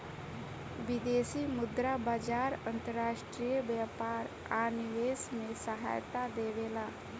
विदेशी मुद्रा बाजार अंतर्राष्ट्रीय व्यापार आ निवेश में सहायता देबेला